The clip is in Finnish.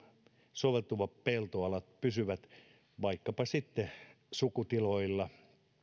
soveltuvat peltoalat pysyvät vaikkapa sitten sukutiloilla